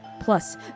Plus